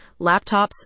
laptops